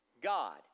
God